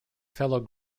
fellow